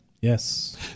Yes